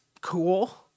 cool